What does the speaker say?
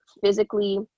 physically